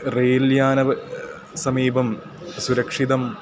रैल्यानं समीपं सुरक्षितम्